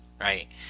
right